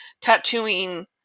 tattooing